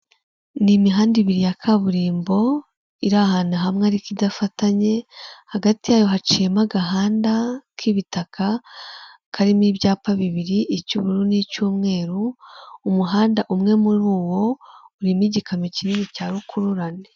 Ni imihanda ibiri ya kaburimbo iri ahantu hamwe ariko idafatanye, hagati yayo haciyemo agahanda k'ibitaka karimo ibyapa bibiri, icy'ubururu nicy'umweru, umuhanda umwe muri uwo urimo igikamyo kinini cya rukururane.